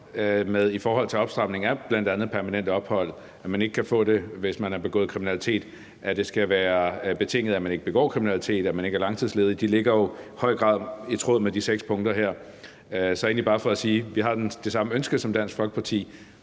i forhold til opstramning, bl.a. er, at man ikke kan få permanent ophold, hvis man har begået kriminalitet. Det skal være betinget af, at man ikke begår kriminalitet, og at man ikke er langtidsledig. Det ligger jo i høj grad i tråd med de seks punkter her. Så det er egentlig bare for at sige, at vi har det samme ønske som Dansk Folkeparti